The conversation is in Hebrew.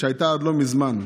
שהייתה עד לא מזמן.